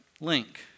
link